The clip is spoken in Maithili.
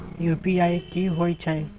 यु.पी.आई की होय छै?